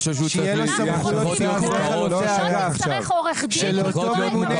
שהיא לא תצטרך עורך דין לתבוע את המדינה.